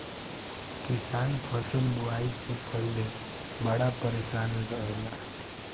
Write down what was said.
किसान फसल बुआई से पहिले बड़ा परेशान रहेला